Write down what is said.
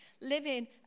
living